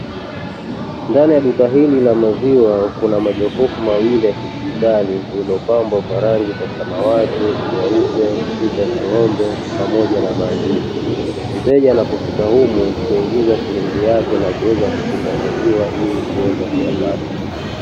Ndani ya duka hili la maziwa kuna. majokofu mawili ya kidigitali iliyopambwa kwa rangi za samawati, nyeupe, picha za ng'ombe pamoja na maandishi. Mteja anapofika humo huingia shilingi yake na kuweza kukinga maziwa ili kuweza kuyapata.